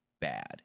bad